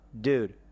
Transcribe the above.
Dude